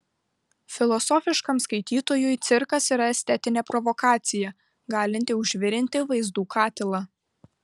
filosofiškam skaitytojui cirkas yra estetinė provokacija galinti užvirinti vaizdų katilą